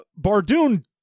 Bardoon